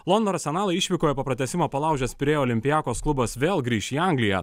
londono arsenalo išvykoje po pratęsimo palaužęs pirėjo olympiakos klubas vėl grįš į angliją